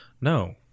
no